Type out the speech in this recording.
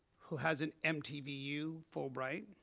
who has an mtvu fulbright,